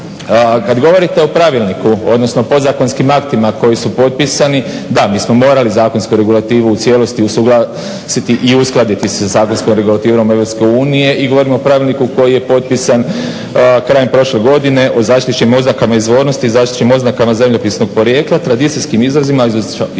Kada govorite o pravilniku odnosno podzakonskim aktima koji su potpisani, da mi smo morali zakonsku regulativu u cijelosti usuglasiti i uskladiti sa zakonskom regulativom EU i govorim o pravilniku koji je potpisan krajem prošle godine o zaštićenim oznakama izvornosti i zaštićenim oznakama zemljopisnog porijekla, tradicijskim izrazima i oznakama